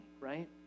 right